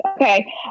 okay